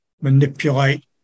manipulate